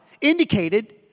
indicated